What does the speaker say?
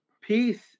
peace